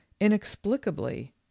inexplicably